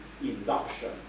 induction